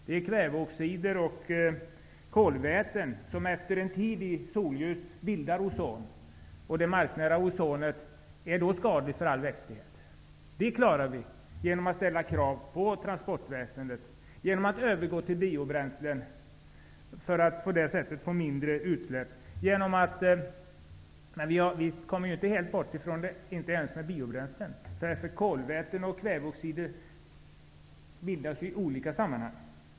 Det är kväveoxider och kolväten som efter en tid i solljus bildar ozon. Det marknära ozonet är då skadligt för all växtlighet. Det klarar vi genom att ställa krav på transportväsendet, genom att övergå till biobränslen, för att på det sättet få mindre utsläpp. Men vi kommer inte helt bort från problemet ens med biobränslen. Kolväten och kväveoxider bildas i olika sammanhang.